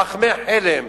חכמי חלם.